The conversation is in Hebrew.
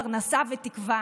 פרנסה ותקווה.